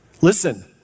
Listen